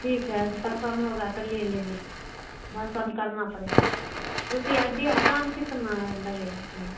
ठीक है पसंद होगा तो ले लेंगे पसंद करना पड़ेगा रुपया दाम कितना लगेगा भैया